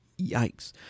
Yikes